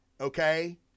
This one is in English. okay